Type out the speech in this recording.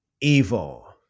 evil